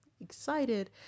excited